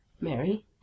Mary